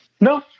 No